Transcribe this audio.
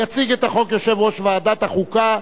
יציג את החוק יושב-ראש ועדת החוקה,